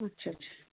अच्छा अच्छा